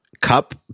cup